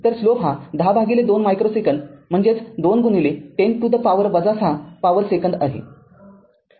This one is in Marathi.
तर स्लोप हा १० भागिलें २ मायक्रो सेकंद म्हणजेच २१० to the power ६ power second असेल